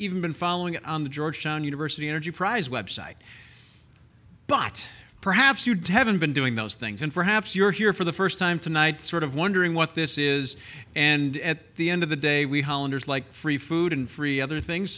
even been following it on the georgetown university energy prize website but perhaps you haven't been doing those things and perhaps you're here for the first time tonight sort of wondering what this is and at the end of the day we hollanders like free food and free other things